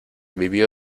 vivió